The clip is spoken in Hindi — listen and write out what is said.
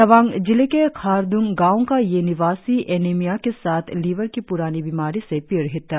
तवांग जिले के खारड़ंग गांव का यह निवासी एनीमिया के साथ लीवर की प्रानी बीमारी से पीड़ित था